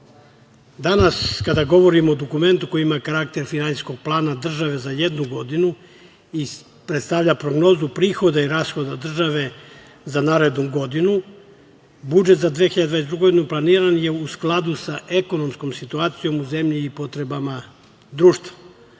za. Danas, kada govorimo o dokumentu koji ima karakter finansijskog plana države za jednu godinu i predstavlja prognozu prihoda i rashoda države za narednu godinu, budžet za 2022. godinu planiran je u skladu sa ekonomskom situacijom u zemlji i potrebama društva. Dobra